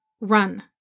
run